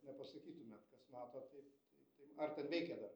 nepasakytumėt kas matot tai tai tai m ar ten veikia dar